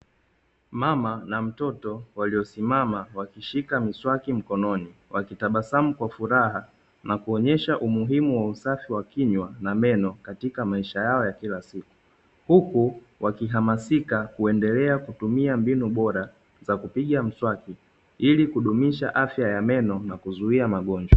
Mama na mtoto waliosimama wakishika kiswaki mkononi, wakitabasamu kwa furaha na kuonesha umuhimu wa usafi wa kinywa na meno katika maisha yao ya kila siku. Huku wakihamasika kuendelea kutumia mbinu bora za kupiga mswaki ili kudumisha afya ya meno na kuzui magonjwa.